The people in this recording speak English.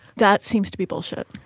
that seems to be bullshit.